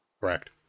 Correct